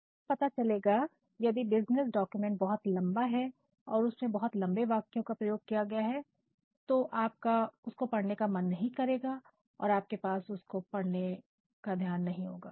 आप देखेंगे कि यदि कोई बिज़नेस डॉक्यूमेंट बहुत लंबा है और उसमें बहुत लंबे वाक्यों का प्रयोग किया गया है तो आपका उसको पढ़ने का मन नहीं करेगा और आपके पास उसको पढ़ने का धैर्य नहीं होगा